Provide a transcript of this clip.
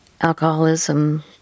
Alcoholism